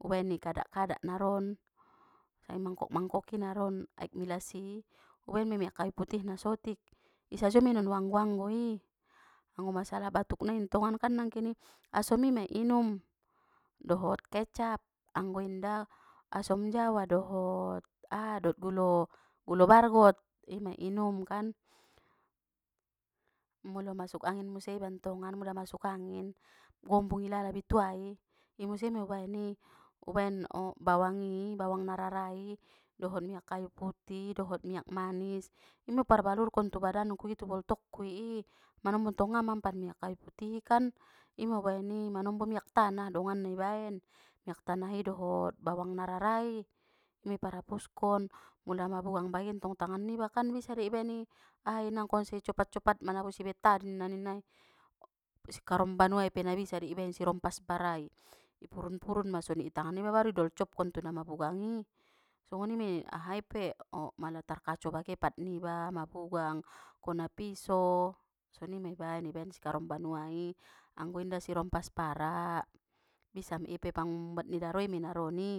ubaen i kadak-kadak naron, sa i mangkok-mangkok naron aek milas i ubaen mei miak kaiputihna sotik isajo mei non u anggo-anggoi anggo masalah batuk nai ntongan kan nangkini asom i ma i inum dohot kecap anggo inda asom jawa dohot gulo aha gulo bargot ima i inumkan, molo masuk angin museng ibantongan muda masuk angin gombung ilala bituai imuse mei ubaen i ubaen o bawangi bawang na rarai dohot miak kayuputih dohot miak manis imei u parbalurkon tu badanku i tu boltokku i i manombo ntong nga mampan miak kayu putih i kan ima ubaen i manombo miak tanah donganna ibaen miak tanah i dohot bawang na rarai ima i parapuskon mula mabugang bagentong tangan niba kan bisa dei ibaen i ahai nangkon secopat-copat manabusi betadin na ninna i sikarombanua i pe nabisa dei i baen i sirompas parai i purun-purun ma soni itangan niba baru i dolcopkon tu na mabugang i songoni mei ahai pe o mala tarkaco bage pat niba mabugang kona piso soni ma ibaen ibaen si karombanua i anggo inda sirompas para bisa mei ipe pangumbat ni daro mei naroni.